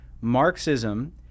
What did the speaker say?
Marxism